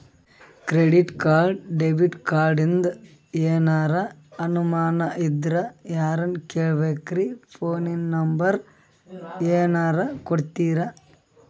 Credit card, debit ಕಾರ್ಡಿಂದ ಏನರ ಅನಮಾನ ಇದ್ರ ಯಾರನ್ ಕೇಳಬೇಕ್ರೀ, ಫೋನಿನ ನಂಬರ ಏನರ ಕೊಡ್ತೀರಿ?